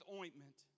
ointment